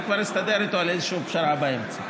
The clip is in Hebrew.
אני כבר אסתדר איתו על איזושהי פשרה באמצע.